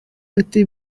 ati